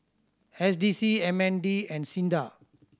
S D C M N D and SINDA